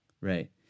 Right